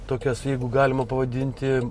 tokias jeigu galima pavadinti